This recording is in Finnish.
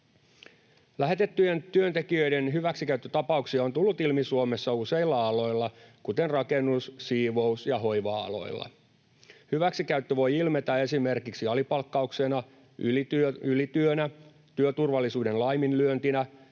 Lähetettyjen työntekijöiden hyväksikäyttötapauksia on tullut ilmi Suomessa useilla aloilla, kuten rakennus-, siivous- ja hoiva-aloilla. Hyväksikäyttö voi ilmetä esimerkiksi alipalkkauksena, ylityönä, työturvallisuuden laiminlyöntinä